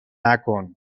نکن